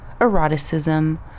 eroticism